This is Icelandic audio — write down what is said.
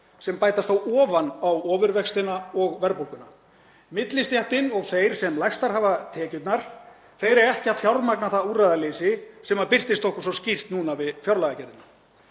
sem bætast ofan á ofurvextina og verðbólguna. Millistéttin og þeir sem lægstar hafa tekjurnar eiga ekki að fjármagna það úrræðaleysi sem birtist okkur svo skýrt núna við fjárlagagerðina.